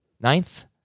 Ninth